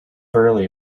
early